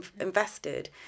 invested